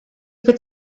could